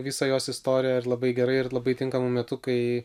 visą jos istoriją ir labai gerai ir labai tinkamu metu kai